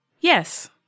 Yes